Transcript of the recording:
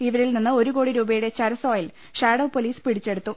ഇവരിൽ നിന്ന് ഒരു കോടി രൂപയുടെ ചരസ് ഓയിൽ ഷാഡോ പൊലീസ് പിടിച്ചെടുത്തു